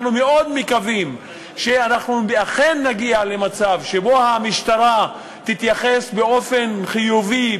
אנחנו מאוד מקווים שאנחנו אכן נגיע למצב שבו המשטרה תתייחס באופן חיובי,